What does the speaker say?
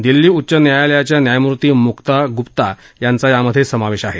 दिल्ली उच्च न्यायालयाच्या न्यायमूर्ती मुक्ता गुप्ता यांचा यात समावेश आहे